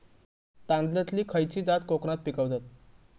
तांदलतली खयची जात कोकणात पिकवतत?